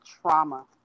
trauma